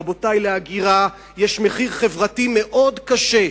רבותי, להגירה יש מחיר חברתי מאוד קשה.